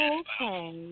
okay